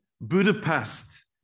Budapest